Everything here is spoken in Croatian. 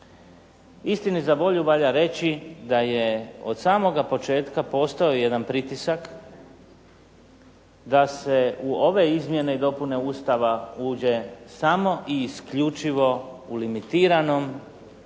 Istini za volju valja reći da je od samoga početka postojao jedan pritisak da se u ove izmjene i dopune Ustava uđe samo i isključivo u limitiranom